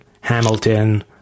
Hamilton